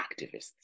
activists